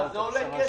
אבל זה עולה כסף.